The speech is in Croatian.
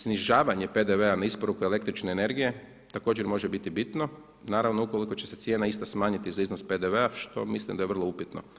Snižavanje PDV-a na isporuku električne energije također može biti bitno, naravno ukoliko će se cijena ista smanjiti za iznos PDV-a što mislim da je vrlo upitno.